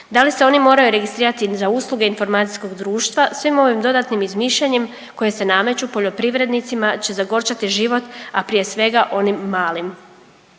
Da li se oni moraju registrirati za usluge informacijskog društva svim ovim dodatnim izmišljanjem koje se nameću poljoprivrednicima će zagorčati život, a prije svega onim malim.